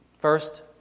First